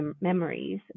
memories